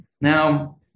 Now